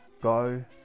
Go